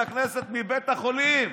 לכנסת מבית החולים.